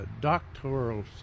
doctoral